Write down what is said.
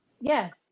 Yes